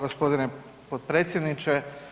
gospodine potpredsjedniče.